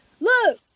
look